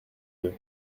deux